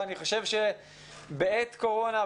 ואני חושב שבעת קורונה,